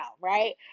right